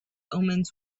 omens